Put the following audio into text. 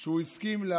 שהוא הסכים,